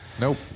Nope